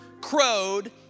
crowed